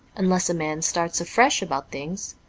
unless a man starts afresh about things,